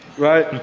right.